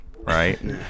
right